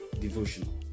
devotional